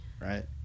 right